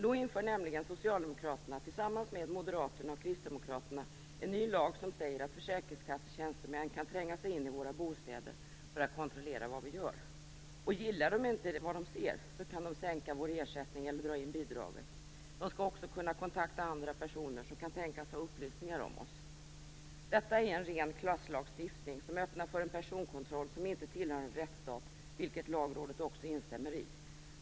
Då inför nämligen Socialdemokraterna tillsammans med Moderaterna och Kristdemokraterna en ny lag som säger att försäkringskassetjänstemän kan tränga sig in i våra bostäder för att kontrollera vad vi gör. Gillar de inte vad de ser kan de sänka vår ersättning eller dra in bidraget. De skall också kunna kontakta andra personer som kan tänkas ha upplysningar om oss. Detta är en ren klasslagstiftning som öppnar för en personkontroll som inte tillhör en rättsstat, vilket Lagrådet också instämmer i.